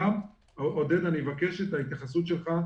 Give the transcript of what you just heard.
עודד, אני אבקש את ההתייחסות שלך,